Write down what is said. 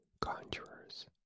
conjurers